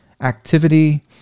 activity